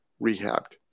rehabbed